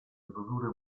riprodurre